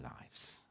lives